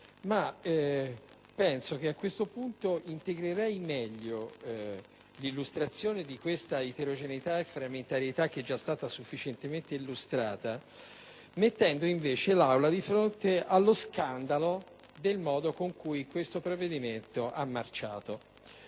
però, che a questo punto integrerei meglio queste eterogeneità e frammentarietà, già sufficientemente illustrate, mettendo invece l'Aula di fronte allo scandalo del modo in cui questo provvedimento ha marciato: